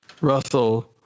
Russell